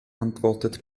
antwortet